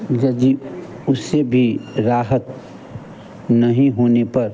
यदि उससे भी राहत नहीं होने पर